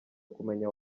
kumenya